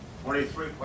Twenty-three